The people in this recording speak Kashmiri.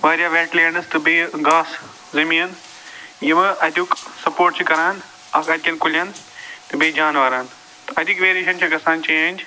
واریاہ ویٚٹ لینڈٕس تہٕ بیٚیہِ گاسہٕ زٔمیٖن یِمہٕ اَتیٛک سَپورٹ چھِ کران اَکھ اَتہِ کیٚن کُلیٚن تہٕ بیٚیہِ جانوَرَن تہٕ اَتِکۍ ویریشَن چھِ گژھان چینٛج